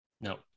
No